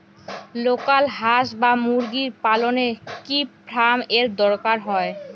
Local হাস বা মুরগি পালনে কি ফার্ম এর দরকার হয়?